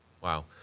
Wow